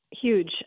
Huge